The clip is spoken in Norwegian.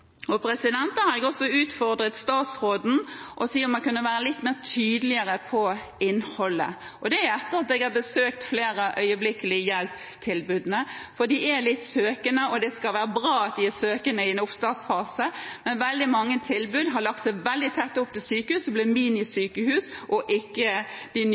har jeg utfordret statsråden til å være litt mer tydelig når det gjelder innholdet, og det etter at jeg har besøkt flere av øyeblikkelig hjelp-tilbudene, for de er litt søkende. Det er bra at de er søkende i en oppstartsfase, men veldig mange tilbud har lagt seg veldig tett opp til sykehusene og blitt minisykehus og ikke de nye